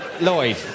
Lloyd